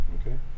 Okay